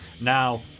Now